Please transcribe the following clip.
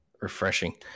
refreshing